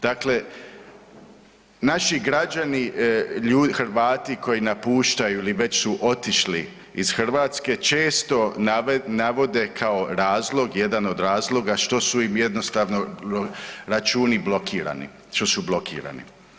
Dakle, naši građani Hrvati koji napuštaju ili već su otišli iz Hrvatske često navode kao razlog, jedan od razloga, što su im jednostavno računi blokirani, što su blokirani.